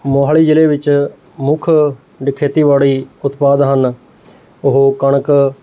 ਮੋਹਾਲੀ ਜ਼ਿਲ੍ਹੇ ਵਿੱਚ ਮੁੱਖ ਖੇਤੀਬਾੜੀ ਉਤਪਾਦ ਹਨ ਉਹ ਕਣਕ